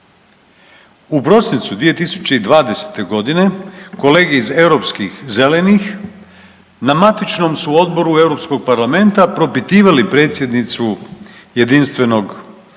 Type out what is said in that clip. U prosincu 2020.g. kolege iz europskih zelenih na matičnom su odboru Europskog parlamenta propitivali predsjednicu Jedinstvenog